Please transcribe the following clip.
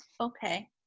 okay